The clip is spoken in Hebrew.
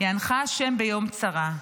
יענך השם ביום צרה,